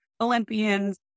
Olympians